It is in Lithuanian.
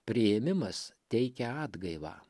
priėmimas teikia atgaivą